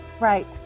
right